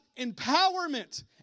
empowerment